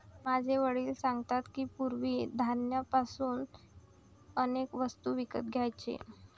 माझे वडील सांगतात की, पूर्वी धान्य पासून अनेक वस्तू विकत घ्यायचे